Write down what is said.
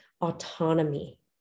autonomy